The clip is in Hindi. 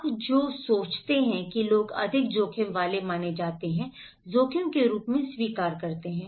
आप जो सोचते हैं कि लोग अधिक जोखिम वाले माने जाते हैं जोखिम के रूप में स्वीकार करते हैं